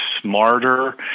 smarter